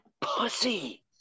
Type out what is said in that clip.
pussy